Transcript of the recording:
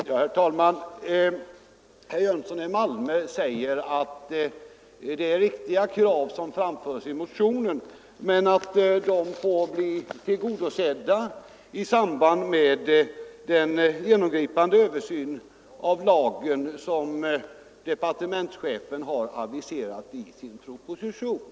Herr talman! Herr Jönsson i Malmö säger att de krav som framförs i motionen är riktiga men att de får tillgodoses i samband med den genomgripande översyn av lagen som departementschefen har aviserat i sin proposition.